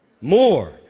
more